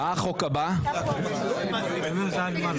הישיבה ננעלה